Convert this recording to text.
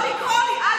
לא לקרוא לי.